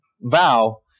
vow